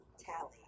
Tally